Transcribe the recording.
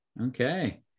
Okay